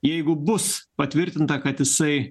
jeigu bus patvirtinta kad jisai